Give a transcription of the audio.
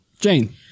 Jane